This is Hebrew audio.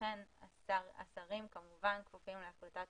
שאכן השרים כמובן כפופים להחלטת